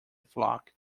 flock